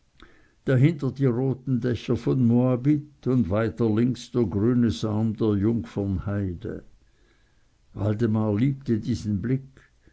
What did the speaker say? dahinter die roten dächer von moabit und weiter links der grüne saum der jungfernheide waldemar liebte diesen blick